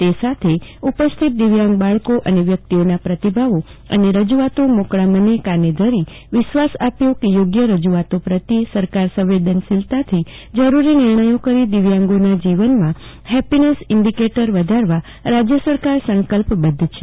તે સાથે ઉપસ્થિત દિવ્યાંગ બાળકો અને વ્યક્તિઓના પ્રતિભાવો અને રજૂઆતો મોકળા મને કાર્ય ધરી વિશ્વાસ આપ્યો કે યોગ્ય રજૂઆતો પ્રત્યે સરકાર સંવેદનશીલતાથી જરૂરી નિર્ણયો કરી દિવ્યાંગોના જીવનમાં હેપીનેસ ઈન્ડીકેટર વધારવા રાજ્ય સરકાર સંકલ્પબધ્ધ છે